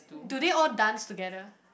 do they all dance together